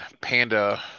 Panda